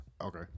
Okay